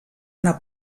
una